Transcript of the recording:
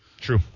True